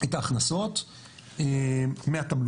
את ההכנסות מהתמלוגים.